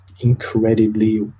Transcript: incredibly